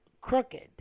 crooked